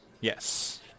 Yes